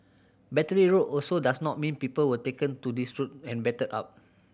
Battery Road also does not mean people were taken to this road and battered up